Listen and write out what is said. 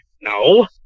No